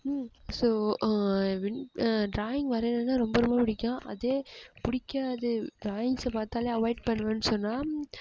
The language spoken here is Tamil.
ஸோ டிராயிங் வரையிறதுனா ரொம்ப ரொம்ப பிடிக்கும் அதே பிடிக்காது டிராயிங்ஸை பார்த்தாலே அவாய்ட் பண்ணுவேன்னு சொல்லலாம்